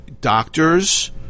doctors